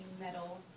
metal